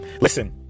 Listen